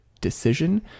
decision